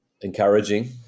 encouraging